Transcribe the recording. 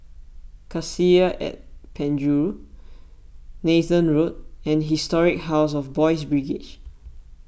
Cassia at Penjuru Nathan Road and Historic House of Boys' Brigade